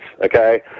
okay